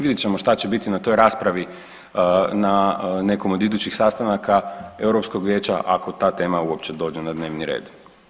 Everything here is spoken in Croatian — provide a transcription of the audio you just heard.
Vidjet ćemo šta će biti na toj raspravi na nekom od idućih sastanaka Europskog vijeća ako ta tema uopće dođe na dnevni red.